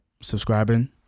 subscribing